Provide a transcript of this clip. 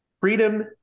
Freedom